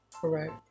Correct